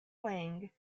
hwang